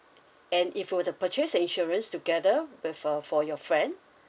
and if you were to purchase the insurance together with uh for your friend